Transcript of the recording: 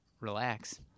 relax